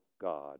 God